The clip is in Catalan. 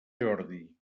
jordi